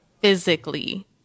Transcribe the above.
physically